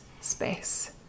space